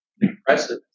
Impressive